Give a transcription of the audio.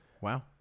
Wow